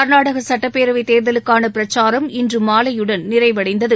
கள்நாடக சுட்டபேரவைத் தேர்தலுக்கான பிரச்சாரம் இன்று மாலையுடன் நிறைவடைந்தது